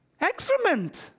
excrement